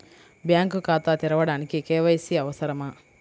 Bank ఖాతా తెరవడానికి KYC అవసరమా?